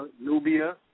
Nubia